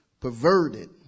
perverted